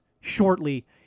shortly